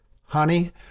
Honey